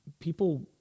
People